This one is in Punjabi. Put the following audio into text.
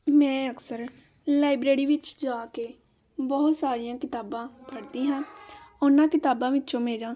ਮੈਂ ਅਕਸਰ ਲਾਈਬ੍ਰੇਰੀ ਵਿੱਚ ਜਾ ਕੇ ਬਹੁਤ ਸਾਰੀਆਂ ਕਿਤਾਬਾਂ ਪੜ੍ਹਦੀ ਹਾਂ ਉਹਨਾਂ ਕਿਤਾਬਾਂ ਵਿੱਚੋਂ ਮੇਰਾ